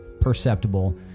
perceptible